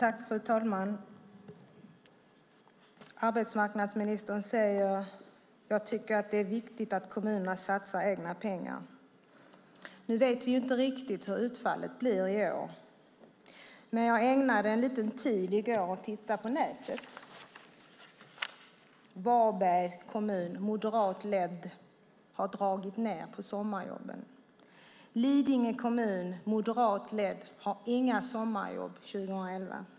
Fru talman! Arbetsmarknadsministern säger att hon tycker att det är viktigt att kommunerna satsar egna pengar. Nu vet vi inte riktigt hur utfallet blir i år, men jag ägnade en liten stund i går åt att titta på nätet. Varbergs kommun, som är moderatledd, har dragit ned på sommarjobben. Lidingö kommun, som är moderatledd, har inga sommarjobb 2011.